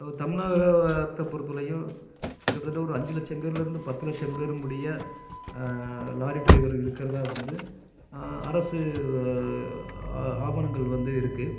அது தமிழகத்தை பொருத்தளவியும் கிட்டத்தட்ட ஒரு அஞ்சு லட்சம் பேருலேருந்து பத்து லட்சம் பேர் முடிய லாரி டிரைவர் இருக்கிறதா வந்து அரசு ஆவணங்கள் வந்து இருக்கு